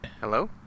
hello